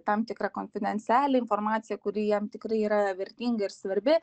tam tikrą konfidencialią informaciją kuri jam tikrai yra vertinga ir svarbi